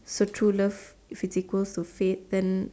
so true love if it equal to fate then